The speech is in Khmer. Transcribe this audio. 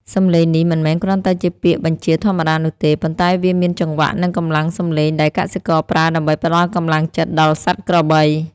សម្លេងនេះមិនមែនគ្រាន់តែជាពាក្យបញ្ជាធម្មតានោះទេ ប៉ុន្តែវាមានចង្វាក់ និងកម្លាំងសម្លេងដែលកសិករប្រើដើម្បីផ្តល់កម្លាំងចិត្តដល់សត្វក្របី